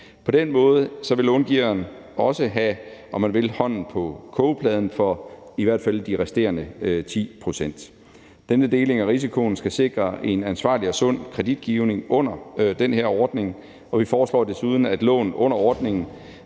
På den måde vil långiveren også have, om man vil, hånden på kogepladen, hvad angår i hvert fald de resterende 10 pct. Denne deling af risikoen skal sikre en ansvarlig og sund kreditgivning under den her ordning, og vi foreslår desuden, at lån under ordningen